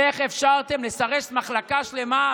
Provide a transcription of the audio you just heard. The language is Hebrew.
איך אפשרתם לסרס מחלקה שלמה,